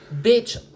bitch